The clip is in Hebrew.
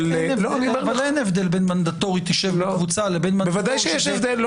אבל אין הבדל בין מנדטורי של קבוצה- -- ודאי שיש הבדל.